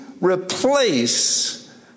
replace